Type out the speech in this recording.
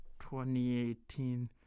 2018